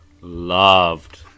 loved